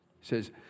says